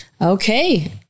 Okay